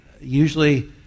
Usually